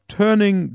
turning